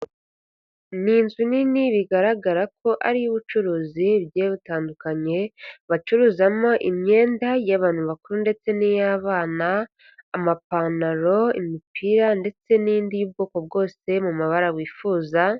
Ni inzu nini bigaragara ko ari iy'ubucuruzi bugiye butandukanye, bacuruzamo imyenda y'abantu bakuru ndetse n'iy'abana, amapantalo, imipira ndetse n'indi y'u bwoko bwose, mu mabara wifuza.